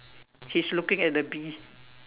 he's looking at the bee